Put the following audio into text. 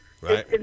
right